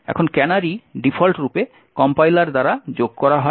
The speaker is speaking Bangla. এখন ক্যানারি ডিফল্টরূপে কম্পাইলার দ্বারা যোগ করা হয়